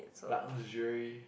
luxury